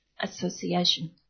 Association